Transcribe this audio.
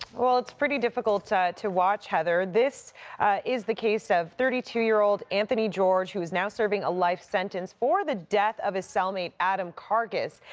well, it's pretty difficult to to watch, heather. this is the case of thirty two year old anthony george who is now serving a life sentence for the death of his cellmate adam kargus.